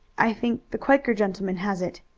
i think the quaker gentleman has it.